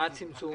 מה הצמצום?